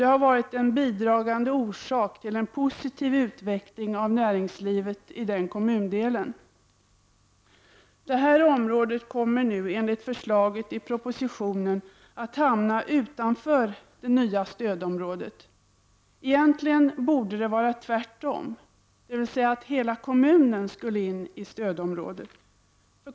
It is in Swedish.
Det har varit en bidragande orsak till en positiv utveckling av näringslivet i den kommundelen. Detta område kommer enligt förslaget i propositionen att hamna utanför det nya stödområdet. Egentligen borde det vara tvärtom, dvs. att hela kommunen skulle in i ett stödområde.